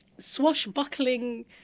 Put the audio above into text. swashbuckling